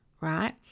right